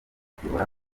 kuyobora